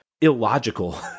illogical